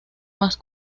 más